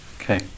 Okay